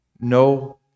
no